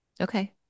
Okay